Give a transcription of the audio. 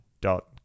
dot